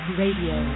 radio